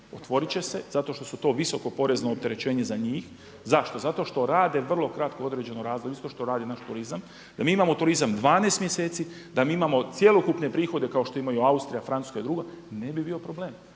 otvorit će se zato što su to visoko porezno opterećenje za njih. Zašto? Zato što rade vrlo kratko određeno razdoblje isto što radi naš turizam, da mi imamo turizam 12 mjeseci, da mi imamo cjelokupne prihode kao što imaju Austrija, Francuska i druge ne bi bio problem.